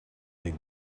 dig